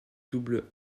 double